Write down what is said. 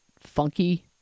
funky